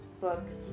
books